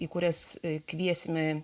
į kurias kviesime